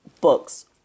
books